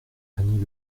annie